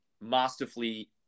masterfully